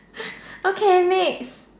okay next